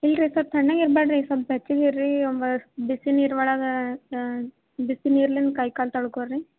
ಇಲ್ಲ ರೀ ಸ್ವಲ್ಪ ತಣ್ಣಗಿರ್ಬೇಡ್ರೀ ಸ್ವಲ್ಪ ಬೆಚ್ಚಗೆ ಇರ್ರಿ ಬಿಸಿನೀರು ಒಳಗೇ ಬಿಸಿನೀರಿಂದ ಕೈ ಕಾಲು ತೊಳ್ಕೊಳ್ರಿ